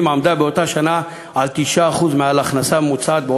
הייתה באותה שנה 9% מעל ההכנסה הממוצעת,